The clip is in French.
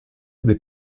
des